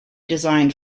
designed